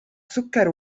سكر